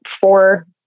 four